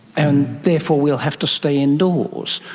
and therefore we'll have to stay indoors.